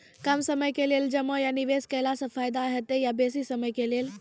कम समय के लेल जमा या निवेश केलासॅ फायदा हेते या बेसी समय के लेल?